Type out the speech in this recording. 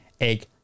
egg